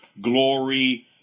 glory